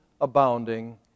abounding